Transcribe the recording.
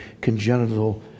congenital